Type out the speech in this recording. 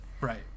Right